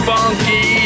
Funky